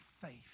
faith